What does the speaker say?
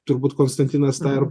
turbūt konstantinas tą ir